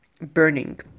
burning